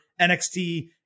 NXT